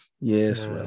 Yes